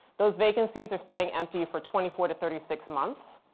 those vacancies are staying empty for twenty four to thirty six months.